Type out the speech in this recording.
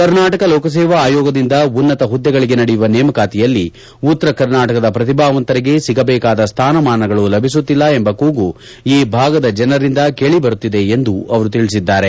ಕರ್ನಾಟಕ ಲೋಕಸೇವಾ ಆಯೋಗದಿಂದ ಉನ್ನತ ಹುದ್ದೆಗಳಿಗೆ ನಡೆಯುವ ನೇಮಕಾತಿಯಲ್ಲಿ ಉತ್ತರ ಕರ್ನಾಟಕದ ಪ್ರತಿಭಾವಂತರಿಗೆ ಸಿಗಬೇಕಾದ ಸ್ವಾನಮಾನಗಳು ಲಭಿಸುತ್ತಿಲ್ಲ ಎಂಬ ಕೂಗು ಈ ಭಾಗದ ಜನರಿಂದ ಕೇಳಿಬರುತ್ತಿದೆ ಎಂದು ಅವರು ತಿಳಿಸಿದ್ದಾರೆ